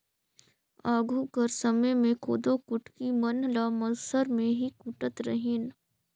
आघु कर समे मे कोदो कुटकी मन ल मूसर मे ही कूटत रहिन